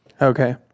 Okay